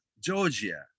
Georgia